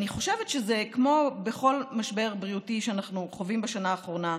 אני חושבת שכמו בכל המשבר הבריאותי שאנחנו חווים בשנה האחרונה,